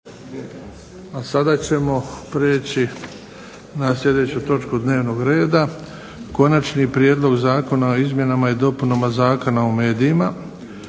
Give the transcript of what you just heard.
a sada ćemo prijeći na sljedeću točku dnevnoga reda - Konačni prijedlog zakona o izmjenama i dopunama Zakona o medijima,